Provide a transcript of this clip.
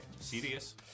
Serious